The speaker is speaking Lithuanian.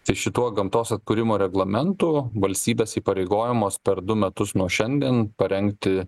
tai šituo gamtos atkūrimo reglamentu valstybės įpareigojamos per du metus nuo šiandien parengti